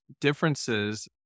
differences